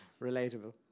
Relatable